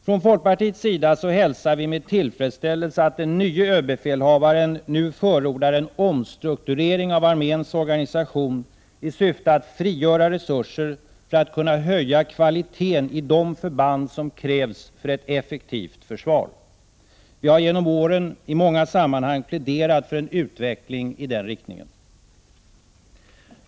Från folkpartiets sida hälsar vi med tillfredsställelse att den nye överbefälhavaren nu förordar en omstrukturering av arméns organisation i syfte att frigöra resurser för att kunna höja kvaliteten i de förband som krävs för ett effektivt försvar. Vi har genom åren i många sammanhang pläderat för en utveckling i den riktningen.